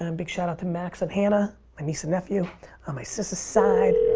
um big shout out to max and hannah, my niece and nephew, on my sis's side.